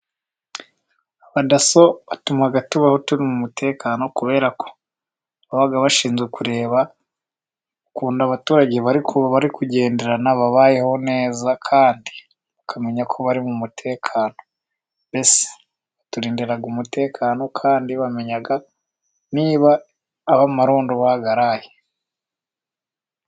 Abadaso batuma tubaho turi mu mutekano, kubera ko baba bashinzwe kureba ukuntu abaturage bari barikugenderana babayeho neza, kandi bakamenya ko bari mu mutekano mbese baturindira umutekano, kandi bamenya niba ab'amarondo bayaraye.